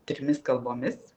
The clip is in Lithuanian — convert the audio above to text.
trimis kalbomis